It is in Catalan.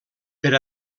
per